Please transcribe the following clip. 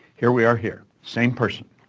here we are here, same person,